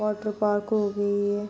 water park हो गे